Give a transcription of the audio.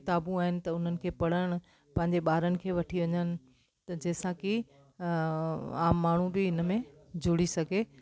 किताबूं आहिनि त उन्हनि खे पढ़ण पंहिंजे ॿारनि खे वठी वञनि त जंहिंसां की आम माण्हू बि हिनमें जुड़ी सघे